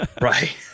Right